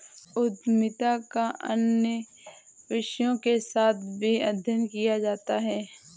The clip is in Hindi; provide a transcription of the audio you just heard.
उद्यमिता का अन्य विषयों के साथ भी अध्ययन किया जाता है